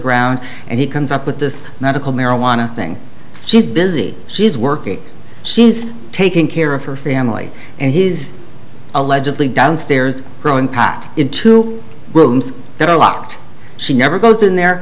ground and he comes up with this medical marijuana thing she's busy she's working she's taking care of her family and he's allegedly downstairs growing pot in two rooms that are locked she never goes in there